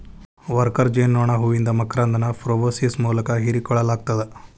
worker ಜೇನನೋಣ ಹೂವಿಂದ ಮಕರಂದನ ಪ್ರೋಬೋಸಿಸ್ ಮೂಲಕ ಹೇರಿಕೋಳ್ಳಲಾಗತ್ತದ